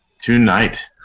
tonight